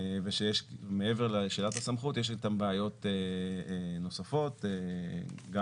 ושמעבר לשאלת הסמכות יש איתן בעיות נוספות גם